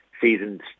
seasoned